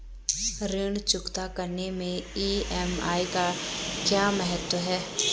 ऋण चुकता करने मैं ई.एम.आई का क्या महत्व है?